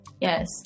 Yes